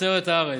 מתוצרת הארץ.